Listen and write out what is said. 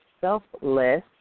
selfless